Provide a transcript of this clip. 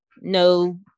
no